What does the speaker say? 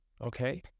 okay